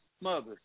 mother